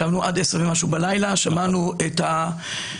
ישבנו עד 22:00 ומשהו בלילה ושמענו את הדברים